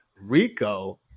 Rico